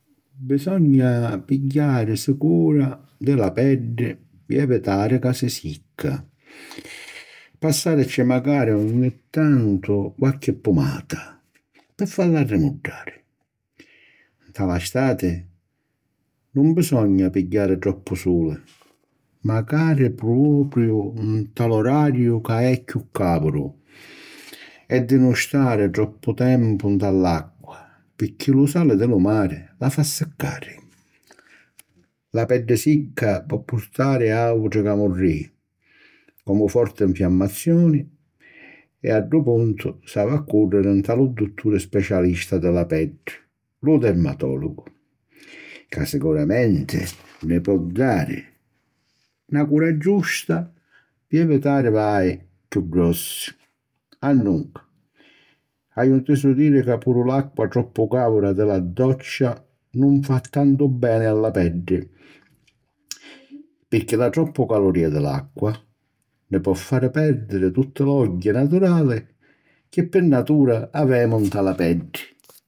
Bisogna pigghiàrisi cura di la peddi pi evitari ca si sicca, passàrici macari ogni tantu qualchi pumata, pi falla arrimuddari. Nta la stati nun bisogna pigghiari troppu suli, macari propiu nta l'orariu ca è chiù càuru e di nun stari troppu tempu nta l'acqua, picchi lu sali di lu mari la fa siccari. La peddi sicca po purtari àutri camurrìi, comu forti nfiammazioni e a ddu puntu, s'havi a cùrriri nta lu dutturi specialista di la peddi, lu dermatòlogu, ca sicuramenti ni po dari na cura giusta pi evitari guai chiù grossi. Annunca, haju ntisu diri ca puru l'acqua troppu càura di la doccia nun fa tantu beni a la peddi, picchì la troppu caluria di l'acqua ni po fari pèrdiri tutti l'ogghi naturali chi pi natura avemu nta la peddi.